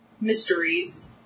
mysteries